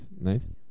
nice